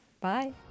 Bye